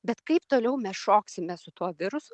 bet kaip toliau mes šoksime su tuo virusu